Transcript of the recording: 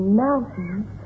mountains